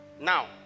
Now